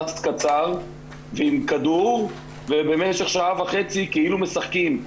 קצר ועם כדור ובמשך שעה וחצי כאילו משחקים,